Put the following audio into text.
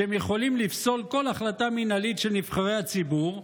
שהם יכולים לפסול כל החלטה מינהלית של נבחרי הציבור,